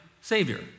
Savior